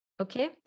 Okay